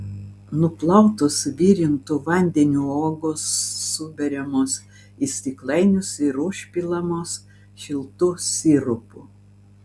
nuplautos virintu vandeniu uogos suberiamos į stiklainius ir užpilamos šiltu sirupu